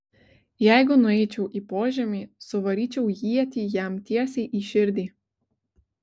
jeigu nueičiau į požemį suvaryčiau ietį jam tiesiai į širdį